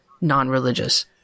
non-religious